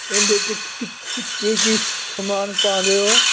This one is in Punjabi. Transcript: ਇਹਦੇ 'ਚ ਕੀ ਕੀ ਸਮਾਨ ਪਾਉਂਦੇ ਓ